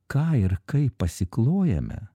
ką ir kaip pasiklojame